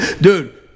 dude